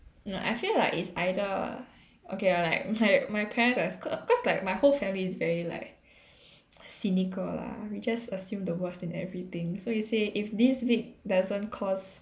no I feel like it's either okay lah like my my parents are cause like my whole family is very like cynical lah we just assume the worst in everything so you say if this week doesn't cause